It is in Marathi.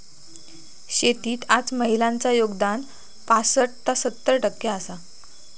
शेतीत आज महिलांचा योगदान पासट ता सत्तर टक्के आसा